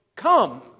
come